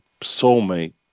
soulmate